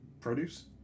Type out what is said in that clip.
produce